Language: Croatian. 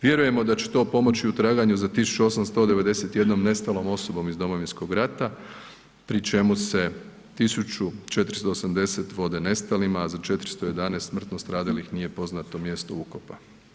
Vjerujemo da će to pomoći u traganju za 1.891 nestalom osobom iz Domovinskog rata, pri čemu se 1.480 vode nestalima, a za 411 smrtno stradalih nije poznato mjesto ukopa.